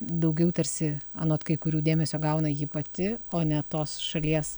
daugiau tarsi anot kai kurių dėmesio gauna ji pati o ne tos šalies